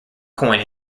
coin